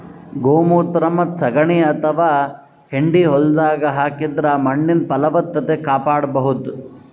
ಗೋಮೂತ್ರ ಮತ್ತ್ ಸಗಣಿ ಅಥವಾ ಹೆಂಡಿ ಹೊಲ್ದಾಗ ಹಾಕಿದ್ರ ಮಣ್ಣಿನ್ ಫಲವತ್ತತೆ ಕಾಪಾಡಬಹುದ್